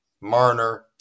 Marner